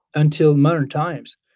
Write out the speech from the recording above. until modern times,